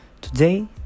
Today